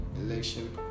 election